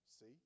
see